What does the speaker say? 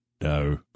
no